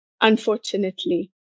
unfortunately